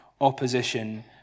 opposition